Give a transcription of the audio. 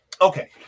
okay